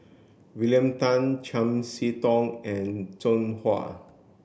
William Tan Chiam See Tong and Zhang Hui